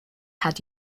had